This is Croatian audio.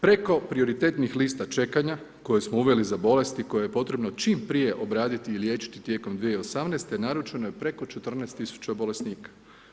Preko prioritetnih lista čekanja koje smo unijeli za bolesti koje je potrebno čim prije obraditi i liječiti tijekom 2018. naručeno je preko 14 tisuća bolesnika.